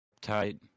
tight